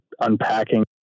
unpacking